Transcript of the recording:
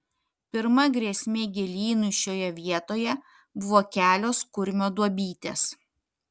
pirma grėsmė gėlynui šioje vietoje buvo kelios kurmio duobytės